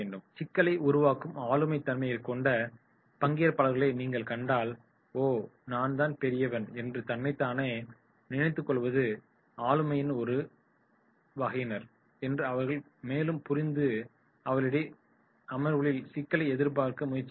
சிக்கலை உருவாக்கும் ஆளுமை தன்மைகளை கொண்ட பங்கேற்பாளர்களை நீங்கள் கண்டால் "ஓ நான் தான் பெரியவன்" என்று தன்னைத்தானே நினைத்துக் கொள்வது ஆளுமையின் ஒரு வகையினர் என்று அவர்களை புரிந்து மேலும் அவர்களுடன் பேசி அவர்களின் சிக்கலை தீர்க்க முயற்சிக்க வேண்டும்